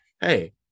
hey